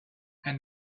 and